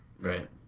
Right